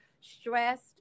stressed